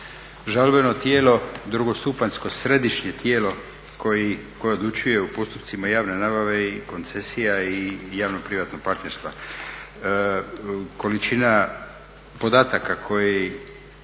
žalbeno tijelo, drugostupanjsko središnje tijelo koje odlučuje u postupcima javne nabave i koncesija i javnoprivatno partnerstva. Količina podataka koji